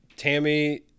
Tammy